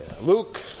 Luke